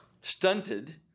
stunted